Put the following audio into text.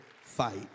fight